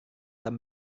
tom